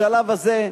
בשלב הזה,